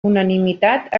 unanimitat